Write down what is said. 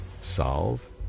Solve